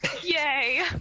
Yay